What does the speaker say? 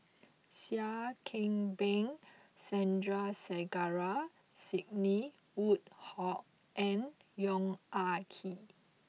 Seah Kian Peng Sandrasegaran Sidney Woodhull and Yong Ah Kee